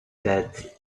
cut